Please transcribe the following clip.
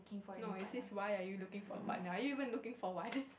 no it is why are you looking for a partner are you even looking for one